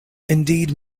indeed